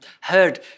heard